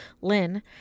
Lynn